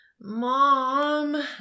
Mom